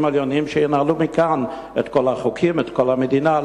העליונים שינהלו מכאן את כל החוקים ואת כל המדינה.